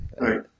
right